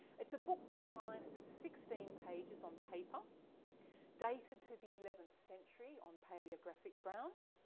it's a book comprised of sixteen pages on paper dated to the eleventh century on paleographic grounds.